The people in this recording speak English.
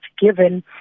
given